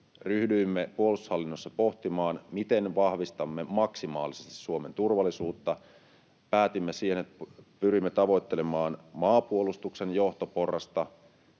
Ryhdyimme puolustushallinnossa pohtimaan, miten vahvistamme maksimaalisesti Suomen turvallisuutta. Päätimme, että pyrimme tavoittelemaan maanpuolustuksen johtoporrasta,